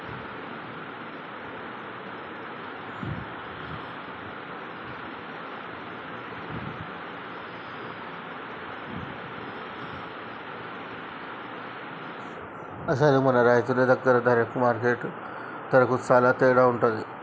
అసలు మన రైతు దగ్గర ధరకు మార్కెట్ ధరకు సాలా తేడా ఉంటుంది